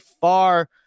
far